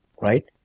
right